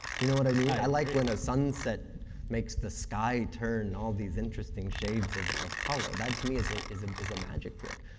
you know what i mean? i like when a sunset makes the sky turn all these interesting shades of of color. that to me is like is um a magic trick.